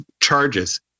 charges